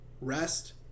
rest